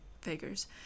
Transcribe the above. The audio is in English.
figures